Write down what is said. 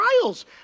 trials